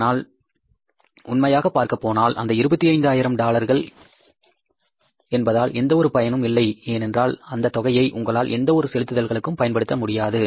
ஆனால் உண்மையாக பார்க்கப்போனால் அந்த 25 ஆயிரம் டாலர்கள் எந்த ஒரு பயனும் இல்லை ஏனென்றால் அந்த தொகையை உங்களால் எந்த ஒரு செலுத்துதல்களுக்கும் பயன்படுத்த முடியாது